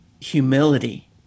humility